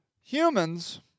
humans